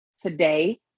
today